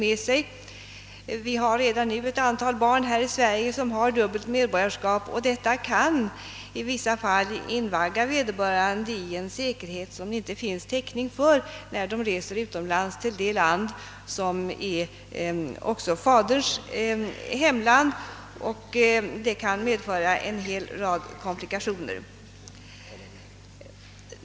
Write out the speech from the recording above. Redan nu har ett antal barn i Sverige dubbelt medborgarskap. Det kan invagga vederbörande i en säkerhet som det inte finns täckning för och det kan medföra en rad komplikationer när de reser till det land som är faderns hemland.